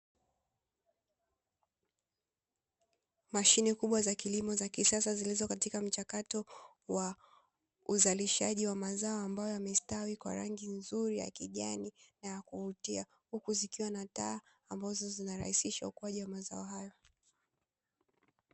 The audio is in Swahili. Mashine kubwa za kilimo za kisasa zilizo katika mchakato wa uzalishaji wa mazao ambayo yamestawi kwa rangi nzuri ya kijani na ya kuvutia, huku zikiwa na taa ambazo zinarahisisha ukuaji wa mazao hayo.